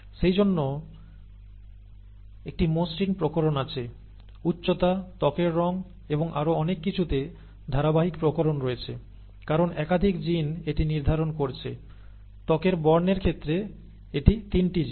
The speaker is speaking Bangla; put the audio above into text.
সেইজন্য একটি মসৃণ প্রকরণ আছে উচ্চতা ত্বকের রঙে এবং আরও অনেক কিছুতে ধারাবাহিক প্রকরণ রয়েছে কারণ একাধিক জিন এটি নির্ধারণ করছে ত্বকের বর্ণের ক্ষেত্রে এটি 3 টি জিন